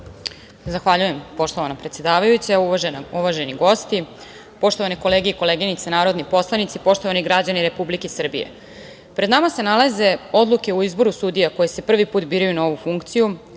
Zahvaljujem poštovana predsedavajuća, uvaženi gosti, poštovane kolege i koleginice narodni poslanici, poštovani građani Republike Srbije, pred nama se nalaze odluke o izboru sudija koji se prvi put biraju na ovu funkciju,